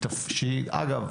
שאגב,